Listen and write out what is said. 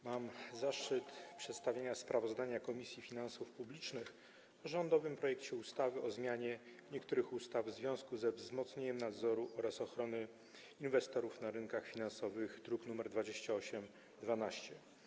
Mam zaszczyt przedstawić sprawozdanie Komisji Finansów Publicznych o rządowym projekcie ustawy o zmianie niektórych ustaw w związku ze wzmocnieniem nadzoru oraz ochrony inwestorów na rynku finansowym, druk nr 2812.